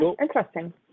interesting